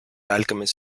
alchemist